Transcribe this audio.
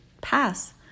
pass